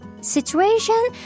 situation